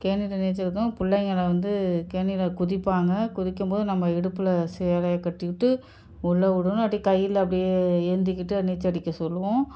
கேணியில் நீச்சலடிப்போம் பிள்ளைங்கள வந்து கேணியில் குதிப்பாங்க குதிக்கும்போது நம்ம இடுப்பில் சேலையை கட்டிக்கிட்டு உள்ளே விடுணும் இல்லாட்டி கையில் அப்படியே ஏந்திக்கிட்டு நீச்சல் அடிக்க சொல்லுவோம்